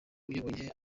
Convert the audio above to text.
uyoboye